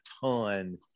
ton